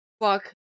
Fuck